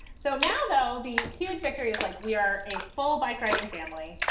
so now, though, the huge victory is like we are a full bike riding family.